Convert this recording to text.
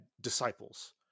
disciples